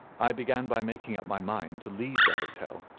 i began by making up my mind to leave the hotel,